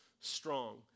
strong